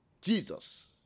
Jesus